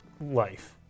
life